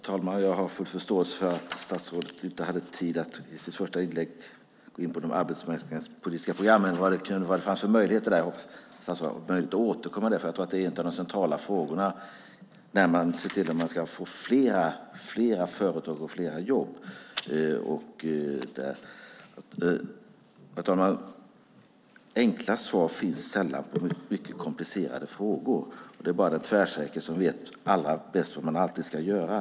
Herr talman! Jag har full förståelse för att statsrådet inte hade tid att i sitt första inlägg gå in på de arbetsmarknadspolitiska programmen. Jag hoppas att det finns möjlighet för statsrådet att återkomma, därför att jag tror att det är en av de centrala frågorna, att man ser till att få flera företag och flera jobb. Herr talman! Enkla svar finns sällan på mycket komplicerade frågor. Det är bara den tvärsäkre som allra bäst vet vad man alltid ska göra.